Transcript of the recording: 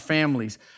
families